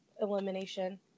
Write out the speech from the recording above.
elimination